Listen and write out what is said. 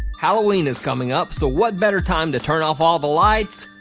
halloween is coming up, so what better time to turn off all the lights,